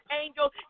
angels